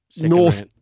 North